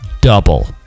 double